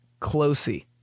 closey